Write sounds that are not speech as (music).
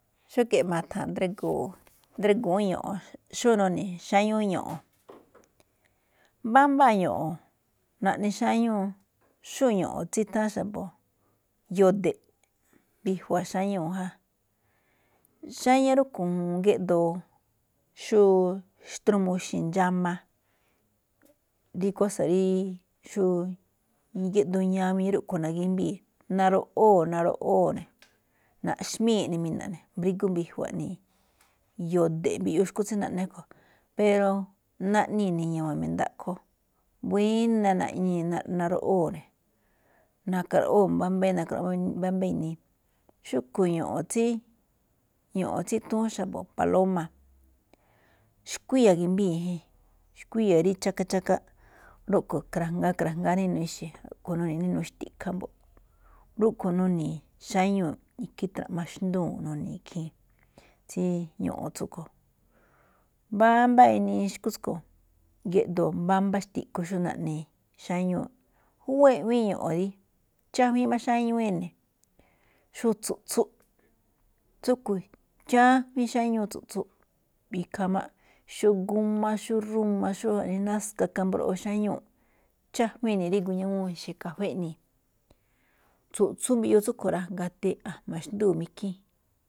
Xúge̱ꞌ ma̱tha̱n drígu̱ún, drígu̱ún ño̱ꞌo̱n, xó none̱ xáñúú ño̱ꞌo̱n (noise) mbámbáa ño̱ꞌo̱n naꞌne xáñóon. Xó ño̱ꞌo̱n tsí nutháán xa̱bo̱ yo̱de̱ꞌ mbijua̱ xáñuu̱ já, xáñá rúꞌkhue̱n juun géꞌdoo, xóo xtr (hesitation) uu ixe̱ ndxáma, rí kósa̱ rí (hesitation) xó gíꞌdoo ñawiin rúꞌkhue̱n nagímbii̱. Naroꞌoo̱, naroꞌoo̱ ne̱, naꞌxmíi̱n eꞌne mina̱ꞌ ne̱, mbrígú mbijua̱ iꞌnii̱, (noise) yo̱de̱ꞌ mbiꞌyuu xu̱kú tsí naꞌne rúꞌkhuen. Pero naꞌnii̱ gia̱wa̱n me̱ndaꞌkho, buína̱ naroꞌoo̱ ne̱, na̱ka̱ raroꞌoo̱ (unintelligible) mbámbá inii. Xúꞌkhuén ño̱ꞌo̱n tsí tsí nuthúún xa̱bo̱, palóma̱, xkuíya̱ i̱gi̱mbíi̱n jen, xkuíya̱ rí chaka, chaka, rúꞌkhue̱n kra̱jngaa, kra̱jngaa ná inuu ixe̱, nuni̱i̱ ná inuu xti̱ꞌkha̱ mbo̱ꞌ, ruꞌkhue̱ nuni̱i̱ xáñuu̱, ikhín tra̱ꞌmá xndúu̱n nuni̱i̱ ikhín tsí ño̱ꞌo̱n tsúꞌkhue̱n. Mbámbá inii xu̱kú tsúꞌkhe̱n géꞌdoo̱ mbámbá xtiꞌkhu̱ xó naꞌnii̱ xáñuu̱. Júwá iꞌwíin ño̱ꞌo̱n rí chájuíin máꞌ xáñúú ene̱, xóo tsu̱ꞌtsún tsúꞌkhue̱n chájuíin xáñúu tsu̱ꞌtsún, ikhaa máꞌ xó gúmá xó rúma xó jaꞌnii náska kajmbroꞌoo xáñúu̱n, chájuíin ne̱ rígú, ñawúun ixe̱ kafée iꞌnii̱. Tsu̱ꞌtsún mbiꞌyuu tsúꞌkhue̱n rá, gati a̱jma̱ xnduu̱ ikhín.